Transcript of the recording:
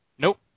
Nope